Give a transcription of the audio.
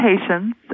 patience